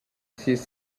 sis